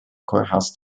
courthouse